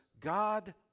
God